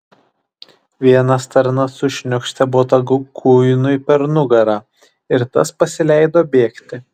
vienas tarnas sušniokštė botagu kuinui per nugarą ir tas pasileido bėgti